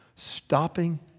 Stopping